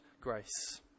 grace